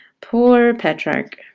poor petrarch.